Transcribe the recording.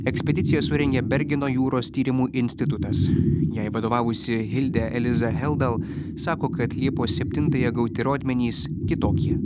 ekspediciją surengė bergeno jūros tyrimų institutas jai vadovavusi hildė eliza heldal sako kad liepos septintąją gauti rodmenys kitokie